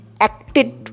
acted